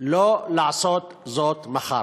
לא לעשות זאת מחר.